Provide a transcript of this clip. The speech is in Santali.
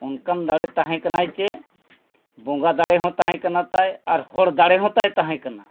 ᱚᱱᱠᱟᱱ ᱫᱟᱲᱮ ᱛᱟᱦᱮᱸ ᱠᱟᱱᱟᱭ ᱡᱮ ᱵᱚᱸᱜᱟ ᱫᱟᱲᱮ ᱦᱚᱸ ᱛᱟᱦᱮᱸ ᱠᱟᱱᱟ ᱛᱟᱭ ᱟᱨ ᱦᱚᱲ ᱫᱟᱲᱮ ᱦᱚᱸ ᱛᱟᱭ ᱛᱟᱦᱮᱸ ᱠᱟᱱᱟ